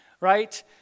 right